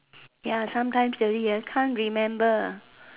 ya sometimes that we really can't remember